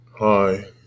Hi